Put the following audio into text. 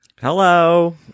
hello